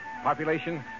Population